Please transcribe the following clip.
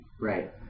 Right